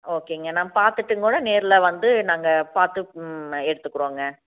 ஓகேங்க நான் பார்த்துட்டும் கூட நேரில் வந்து நாங்கள் பார்த்து எடுத்துக்குறோம்ங்க